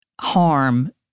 harm